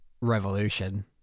revolution